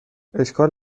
اشکال